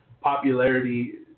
popularity